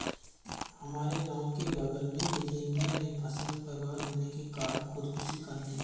हमारे गांव के बगल में बिजेंदर ने फसल बर्बाद होने के कारण खुदकुशी कर ली